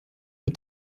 mit